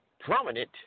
prominent